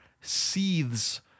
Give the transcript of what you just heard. seethes